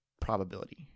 probability